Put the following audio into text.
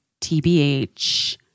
TBH